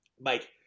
Mike